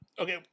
Okay